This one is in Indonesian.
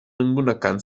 menggunakan